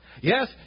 Yes